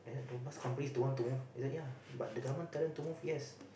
the bus companies don't want to move he said ya but the government tell them to move yes